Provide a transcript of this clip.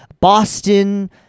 Boston